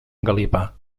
engalipar